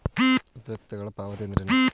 ಉಪಯುಕ್ತತೆಗಳ ಪಾವತಿ ಎಂದರೇನು?